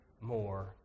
more